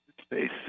space